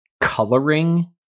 coloring